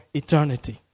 eternity